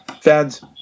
Fans